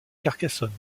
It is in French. carcassonne